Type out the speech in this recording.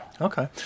Okay